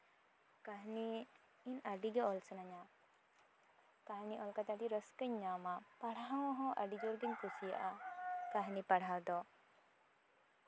ᱠᱟᱹᱦᱱᱤ ᱤᱧ ᱟᱹᱰᱤᱜᱮ ᱚᱞ ᱥᱟᱱᱟᱧᱟ ᱠᱟᱹᱦᱱᱤ ᱚᱞ ᱠᱟᱛᱮᱜ ᱟᱹᱰᱤ ᱨᱟᱹᱥᱠᱟᱹᱧ ᱧᱟᱢᱟ ᱯᱟᱲᱦᱟᱣ ᱦᱚᱸ ᱟᱹᱰᱤ ᱡᱳᱨ ᱜᱮᱧ ᱠᱩᱥᱤᱭᱟᱜᱼᱟ ᱠᱟᱹᱦᱱᱤ ᱯᱟᱲᱦᱟᱣ ᱫᱚ